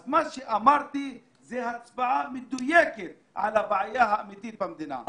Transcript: אז מה שאמרתי זה הצבעה מדויקת על הבעיה האמיתית במדינה.